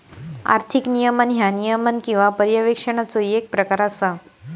आर्थिक नियमन ह्या नियमन किंवा पर्यवेक्षणाचो येक प्रकार असा